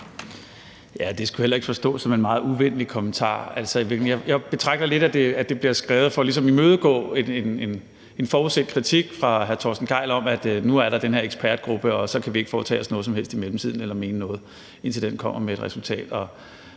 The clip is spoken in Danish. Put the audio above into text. Det skulle heller ikke forstås som en meget uvenlig kommentar. Altså, jeg betragter det lidt sådan, at det bliver skrevet for ligesom at imødegå en forudset kritik fra hr. Torsten Gejl om, at nu er der den her ekspertgruppe, og så kan vi ikke foretage os noget som helst i mellemtiden eller mene noget, indtil den kommer med et resultat.